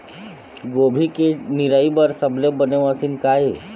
गोभी के निराई बर सबले बने मशीन का ये?